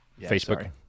Facebook